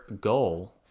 goal